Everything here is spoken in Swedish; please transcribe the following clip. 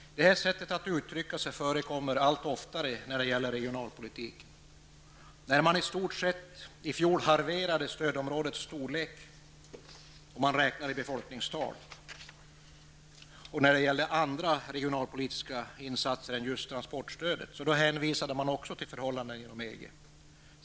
Det här sättet att uttrycka sig förekommer allt oftare när det gäller regionalpolitiken. När man i fjol i stort sett halverade stödområdet, räknat i befolkningstal, när det gällde andra regionalpolitiska insatser hänvisade man också till förhållandena inom EG.